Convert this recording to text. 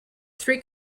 three